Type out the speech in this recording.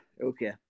Okay